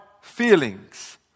feelings